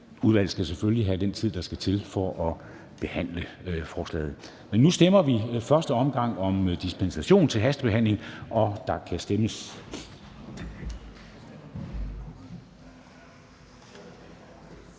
udvalget skal selvfølgelig have den tid, der skal til for at behandle forslaget. Nu stemmer vi i første omgang om dispensation til hastebehandling. Kl. 10:02 Afstemning